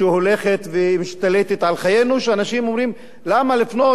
שהולכת ומשתלטת על חיינו היא שאנשים אומרים: למה לפנות?